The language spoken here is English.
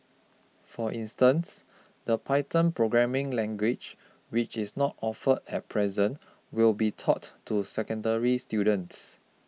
for instance the Python programming language which is not offered at present will be taught to secondary students